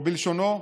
או בלשונו,